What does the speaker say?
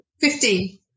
Fifteen